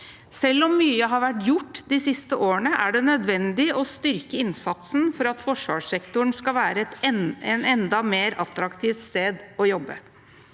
Selv om mye har vært gjort de siste årene, er det nødvendig å styrke innsatsen for at forsvarssektoren skal være et enda mer attraktivt sted å jobbe.